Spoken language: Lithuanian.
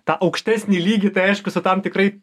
tą aukštesnį lygį tai aišku su tam tikrai